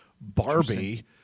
Barbie